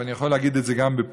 ואני יכול להגיד את זה גם בפומבי: